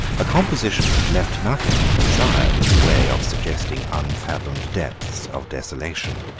a composition that left nothing to be desired in the way of suggesting unfathomed depths of desolation.